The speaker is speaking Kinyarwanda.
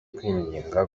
kwinginga